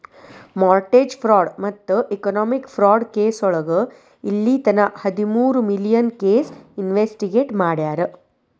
mortgage fraud ಮತ್ತ economic fraud ಕೆಸೋಳಗ ಇಲ್ಲಿತನ ಹದಮೂರು ಮಿಲಿಯನ್ ಕೇಸ್ ಇನ್ವೆಸ್ಟಿಗೇಟ್ ಮಾಡ್ಯಾರ